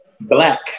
black